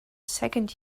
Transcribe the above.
second